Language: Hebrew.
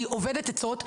היא אובדת עצות,